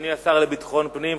אדוני השר לביטחון פנים,